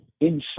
inside